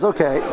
Okay